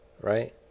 right